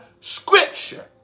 Scripture